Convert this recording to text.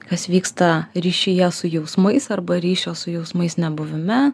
kas vyksta ryšyje su jausmais arba ryšio su jausmais nebuvime